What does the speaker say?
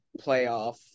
playoff